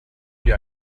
wie